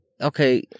okay